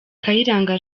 kayiranga